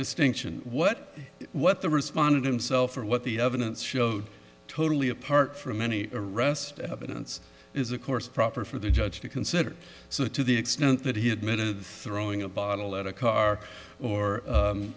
distinction what what the respondent himself or what the evidence showed totally apart from any arrest evidence is of course proper for the judge to consider so to the extent that he had minute throwing a bottle at a car or